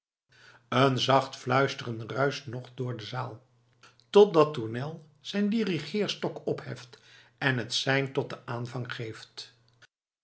een zacht fluisteren ruischt nog door de zaal totdat tournel zijn dirigeerstok opheft en het sein tot den aanvang geeft